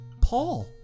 Paul